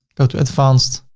go to advanced,